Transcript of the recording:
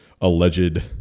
alleged